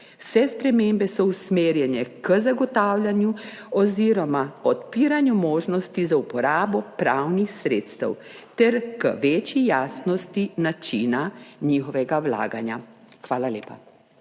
Vse spremembe so usmerjene k zagotavljanju oziroma odpiranju možnosti za uporabo pravnih sredstev ter k večji jasnosti načina njihovega vlaganja. Hvala lepa.